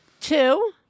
Two